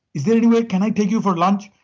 is there any way can i take you for lunch?